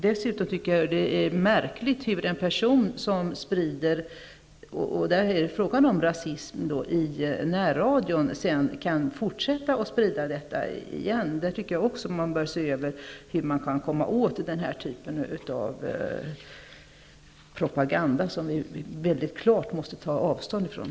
Dessutom är det märkligt hur en person som sprider rasism i närradion -- och i det fallet är det fråga om rasism -- kan få fortsätta att sprida sitt budskap. Jag tycker att man skall se över möjligheterna att komma åt denna typ av propaganda, som vi mycket klart måste ta avstånd från.